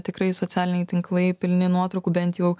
tikrai socialiniai tinklai pilni nuotraukų bent jau